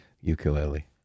ukulele